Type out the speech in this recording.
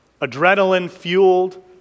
adrenaline-fueled